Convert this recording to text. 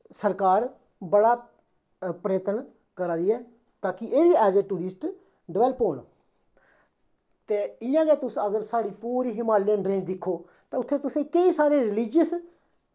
सरकार बड़ा प्रयत्न करा दी ऐ ताकि एह् बी ऐज़ ए टूरिस्ट डवैल्प होन ते इ'यां गै तुस अगर साढ़ी पूरी हिमालयन रेंज दिक्खो तां उत्थें तुसेंगी केईं सारें रिलिजियस